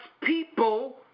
people